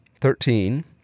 Thirteen